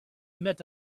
met